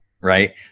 right